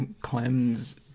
Clem's